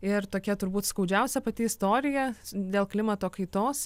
ir tokia turbūt skaudžiausia pati istorija dėl klimato kaitos